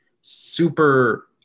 super